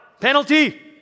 penalty